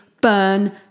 burn